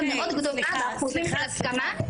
אז אנחנו נראה ירידה מאוד גדולה באחוזים של ההסכמה,